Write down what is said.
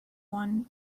one